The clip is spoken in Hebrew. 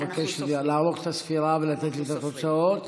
אני מבקש לערוך את הספירה ולתת לי את התוצאות.